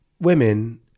women